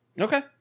Okay